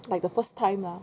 like the first time lah